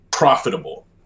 profitable